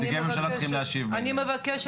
מזכיר